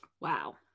Wow